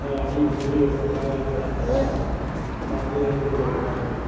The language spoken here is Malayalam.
അടിയും പിടിയുമൊക്കെ ഉണ്ടാക്കാനുള്ള സാധ്യത സാധ്യതകൾ കൂടുതലുണ്ടാകുന്നതാണ്